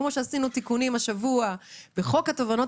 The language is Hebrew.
כפי שעשינו תיקונים השבוע בחוק התובענות